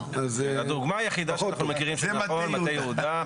הדוגמה היחידה שאנחנו מכירים היא מטה יהודה.